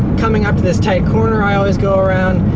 coming up to this tight corner i always go around.